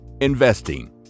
investing